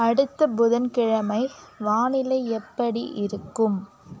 அடுத்த புதன்கிழமை வானிலை எப்படி இருக்கும்